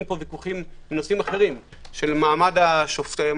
פה ויכוחים בנושאים אחרים של מעמד השופטים.